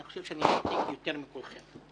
אני חושב שאני ותיק יותר מכולכם.